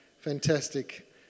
fantastic